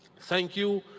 thank you,